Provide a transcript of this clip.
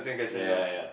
yea yea yea